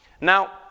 Now